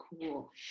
cool